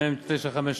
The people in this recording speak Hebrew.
מ/953,